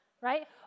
Right